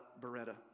Beretta